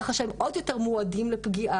כך שהם עוד יותר מועדים לפגוע,